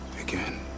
again